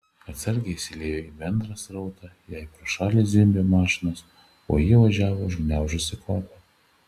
atsargiai įsiliejo į bendrą srautą jai pro šalį zvimbė mašinos o ji važiavo užgniaužusi kvapą